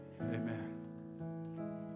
amen